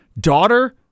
daughter